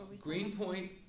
Greenpoint